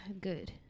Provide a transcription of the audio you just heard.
good